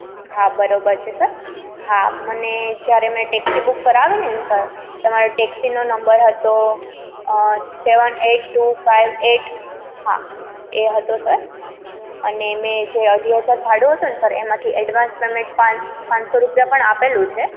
હા બરોબર છે સર હા મને જ્યારે મેં ટેક્સી બુક કરાવી હતી ને સર તમારી ટેક્સીનો નંબર હતો seven eight two five eight હા એ હતો સર અને મેં જે અઢી હજાર ભાડું હતું ને સર એમાંથી એમાંથી એડવાન્સ પેમેન્ટ પાંચ પાંચસો રૂપિયા પણ આપેલું છે